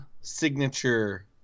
signature